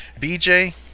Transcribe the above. BJ